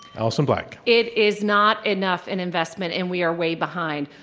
alison black. it is not enough an investment and we are way behind.